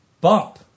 bump